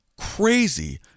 crazy